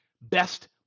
best